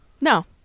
no